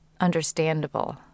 understandable